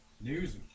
news